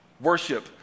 Worship